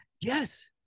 Yes